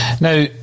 Now